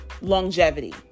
longevity